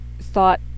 thought